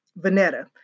Vanetta